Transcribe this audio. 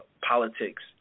politics